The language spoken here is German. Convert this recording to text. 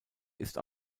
ist